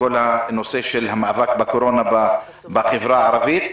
כל הנושא של המאבק בקורונה בחברה הערבית,